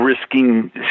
risking